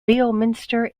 leominster